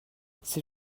ces